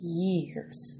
years